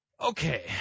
Okay